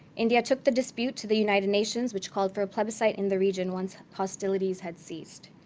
india took the dispute to the united nations, which called for a plebiscite in the region once hostilities had ceased.